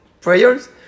prayers